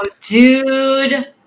dude